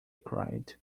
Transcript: cried